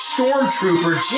Stormtrooper